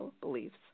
beliefs